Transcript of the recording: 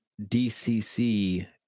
DCC